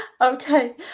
Okay